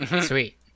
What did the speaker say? sweet